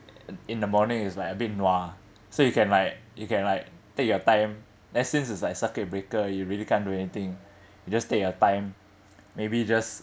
in in the morning is like a bit nua so you can like you can like take your time then since it's like circuit breaker you really can't do anything you just take your time maybe just